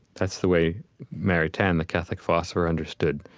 that's the way maritain, the catholic philosopher understood